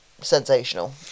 sensational